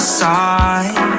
side